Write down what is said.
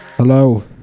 Hello